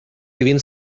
kvin